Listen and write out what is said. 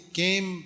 came